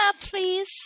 please